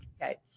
Okay